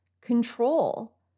control